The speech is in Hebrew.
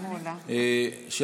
מס'